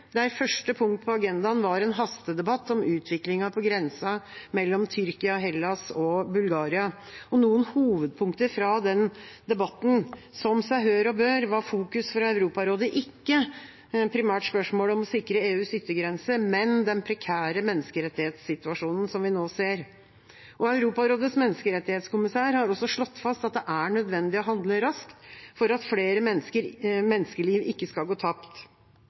der første punkt på agendaen var en hastedebatt om utviklingen på grensa mellom Tyrkia, Hellas og Bulgaria. Noen hovedpunkter fra den debatten viste, som seg hør og bør, at fokuset fra Europarådet ikke primært var spørsmålet om å sikre EUs yttergrense, men den prekære menneskerettighetssituasjonen som vi nå ser. Europarådets menneskerettighetskommissær har også slått fast at det er nødvendig å handle raskt for at flere menneskeliv ikke skal gå tapt.